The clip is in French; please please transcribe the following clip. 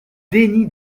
déni